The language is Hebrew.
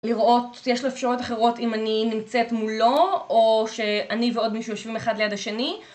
לראות, יש לה אפשרווית אחרות אם אני נמצאת מולו או שאני ועוד מישהו יושבים אחד ליד השני